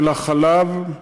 של החלב,